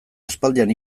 aspaldian